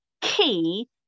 key